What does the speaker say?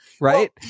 right